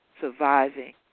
surviving